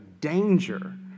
danger